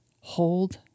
Hold